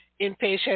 inpatient